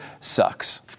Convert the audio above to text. sucks